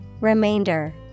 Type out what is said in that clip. Remainder